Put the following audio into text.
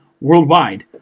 worldwide